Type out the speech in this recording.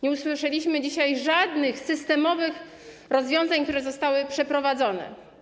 Nie usłyszeliśmy dzisiaj żadnych systemowych rozwiązań, które zostały przeprowadzone.